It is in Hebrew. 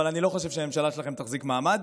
אבל אני לא חושב שהממשלה שלכם תחזיק מעמד.